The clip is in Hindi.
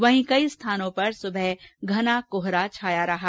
वहीं कई स्थानों पर सुबह घना कोहरा छाया रहा